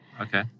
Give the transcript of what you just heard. Okay